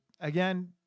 again